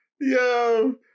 yo